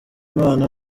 imana